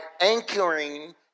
anchoring